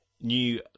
new